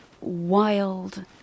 wild